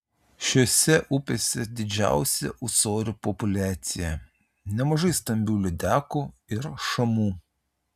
šiose upėse didžiausia ūsorių populiacija nemažai stambių lydekų ir šamų